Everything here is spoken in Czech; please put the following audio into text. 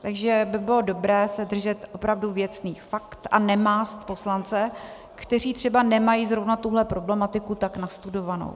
Takže by bylo dobré se držet opravdu věcných faktů a nemást poslance, kteří třeba nemají zrovna tuhle problematiku tak nastudovanou.